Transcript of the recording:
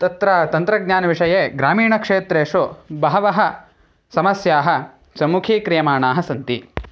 तत्र तन्त्रज्ञानविषये ग्रामीणक्षेत्रेषु बह्व्यः समस्याः सम्मुखीक्रियमाणाः सन्ति